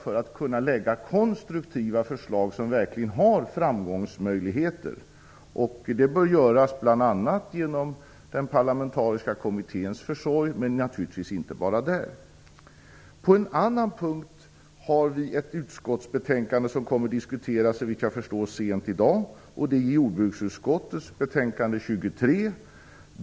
Det är viktigt att man kan lägga konstruktiva förslag som verkligen har framgångsmöjligheter. Det bör bl.a. göras genom den parlamentariska kommitténs försorg, men naturligtvis inte bara där. På en annan punkt finns det ett utskottsbetänkande som, såvitt jag förstår, kommer att diskuteras sent i dag. Det är jordbruksutskottets betänkande 23.